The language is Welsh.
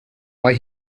mae